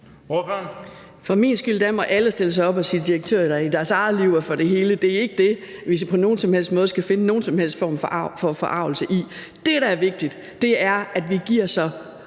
For min skyld må alle stille sig op og sige, at de er direktør i deres eget liv og for det hele. Det er ikke det, vi på nogen som helst måde skal finde nogen som helst form for forargelse i. Det, der er vigtigt, er, at vi giver så